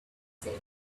said